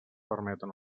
permeten